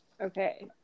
okay